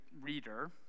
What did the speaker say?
reader